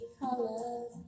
colors